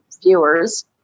viewers